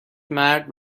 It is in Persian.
مرد